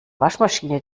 waschmaschine